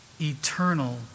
eternal